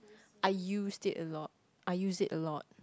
I used it a lot I used it a lot